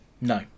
No